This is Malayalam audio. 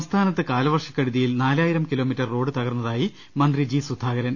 സംസ്ഥാനത്ത് കാലവർഷക്കെടുതിയിൽ നാലായിരം കിലോ മീറ്റർ റോഡ് തകർന്നതായി മന്ത്രി ജി സുധാകരൻ